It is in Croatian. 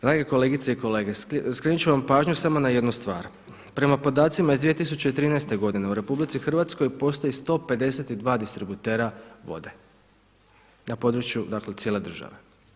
Drage kolegice i kolege skrenut ću vam pažnju samo na jednu stvar, prema podacima iz 2013. godine u RH postoji 152 distributera vode, na području dakle cijele države.